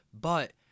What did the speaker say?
But-